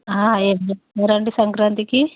ఏం చేస్తారండి సంక్రాంతికి